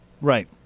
Right